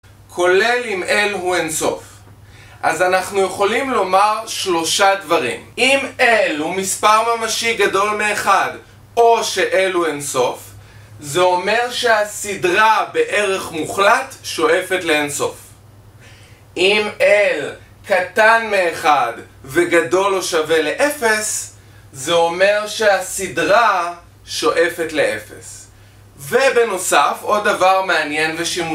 כולל אם L הוא אינסוף. אז אנחנו יכולים לומר שלושה דברים: אם L הוא מספר ממשי גדול מאחד או ש-L הוא אינסוף, זה אומר שהסדרה בערך מוחלט שואפת לאינסוף. אם L קטן מאחד וגדול או שווה לאפס זה אומר שהסדרה שואפת לאפס ובנוסף עוד דבר מעניין ושימושי